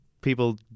people